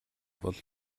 бол